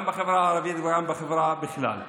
גם בחברה הערבית וגם בחברה בכלל.